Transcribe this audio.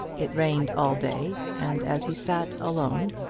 it rained all day, and as he sat alone,